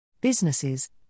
Businesses